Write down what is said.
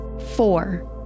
Four